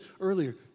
earlier